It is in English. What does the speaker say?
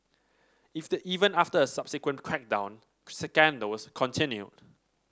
after a subsequent crackdown scandals continued